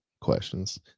questions